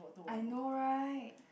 I know right